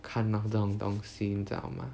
看到这种东西你知道吗